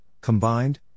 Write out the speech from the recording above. combined